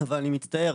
אבל אני מצטער,